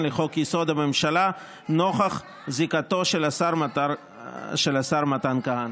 לחוק-יסוד: הממשלה, נוכח זיקתו של השר מתן כהנא.